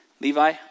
Levi